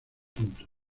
puntos